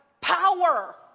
power